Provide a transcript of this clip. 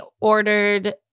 ordered